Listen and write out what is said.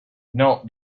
not